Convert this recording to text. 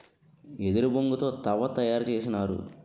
వెదురు బొంగు తో తవ్వ తయారు చేసినారు